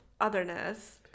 otherness